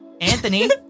Anthony